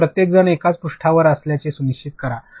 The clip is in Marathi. आणि प्रत्येकजण एकाच पृष्ठावर असल्याचे सुनिश्चित करा